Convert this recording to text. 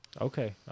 Okay